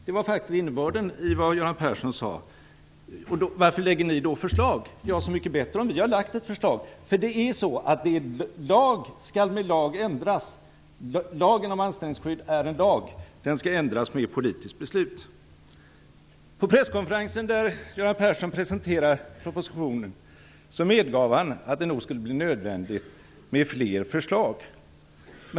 Det var faktiskt innebörden i vad Göran Persson sade. Varför då lägga fram förslag? Så mycket bättre om ni har lagt fram ett förslag. En lag skall med lag ändras. Lagen om anställningsskydd är en lag, och den skall ändras med ett politiskt beslut. På presskonferensen där Göran Persson presenterade propositionen medgav han att det skulle bli nödvändigt med fler förslag.